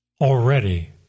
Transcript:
already